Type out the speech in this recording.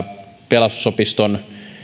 pelastusopiston